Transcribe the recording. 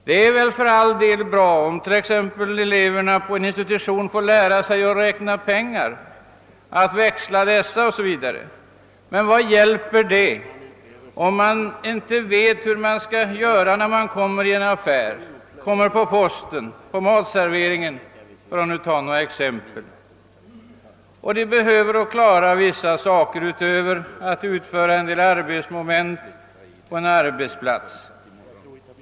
Det är för all del bra om eleverna på en institution får lära sig t.ex. att räkna och växla pengar, men vad hjälper det om de inte vet hur de skall göra när de — för att ta några exempel — kommer in i en affär, på posten eller på matserveringen? De behöver klara vissa saker utöver att utföra en del arbetsmoment på en arbetsplats.